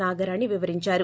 నాగరాణి వివరించారు